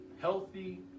healthy